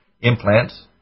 implants